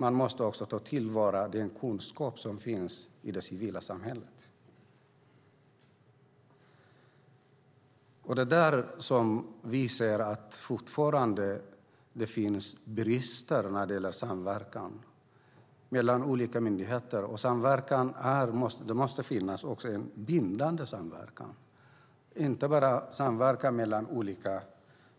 Man måste också ta vara på den kunskap som finns i det civila samhället. Vi ser att det fortfarande finns brister när det gäller samverkan mellan olika myndigheter. Det måste också finnas en bindande samverkan, inte bara samverkan